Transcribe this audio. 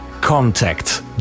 contact